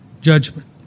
Judgment